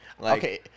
Okay